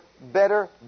better